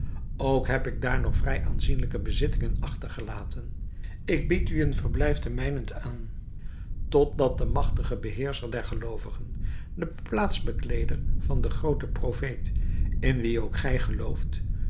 ook heb ik daar nog vrij aanzienlijke bezittingen achtergelaten ik bied u een verblijf ten mijnent aan tot dat de magtige beheerscher der geloovigen de plaats bekleeder van den grooten profeet in wien ook gij gelooft